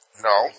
No